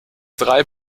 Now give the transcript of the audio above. drei